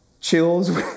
chills